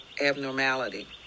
abnormality